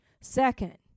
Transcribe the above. Second